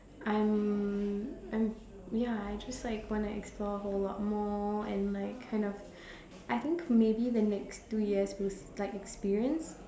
I'm I'm ya I just like want to explore a whole lot more and like kind of I think maybe the next two years we'll like experience